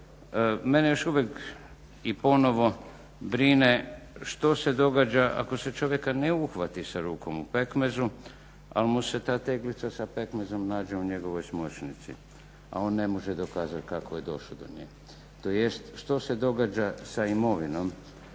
Mene još uvijek i ponovno brine što se događa ako se čovjeka ne uhvati sa rukom u pekmezu, ali mu se ta teglica sa pekmezom nađe u njegovoj smočnici, a on ne može dokazati kako je došao do nje tj. što se događa sa imovinom